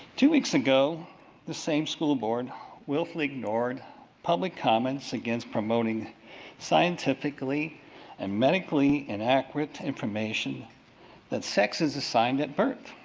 two weeks ago the same school board willfully ignored public comments against promoting scientifically and medically inaccurate information that sex is assigned at birth.